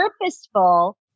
purposeful